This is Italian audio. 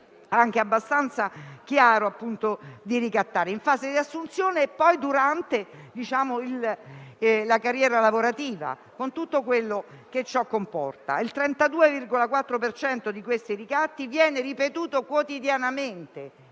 per cento di questi ricatti viene ripetuto quotidianamente;